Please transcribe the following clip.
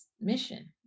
mission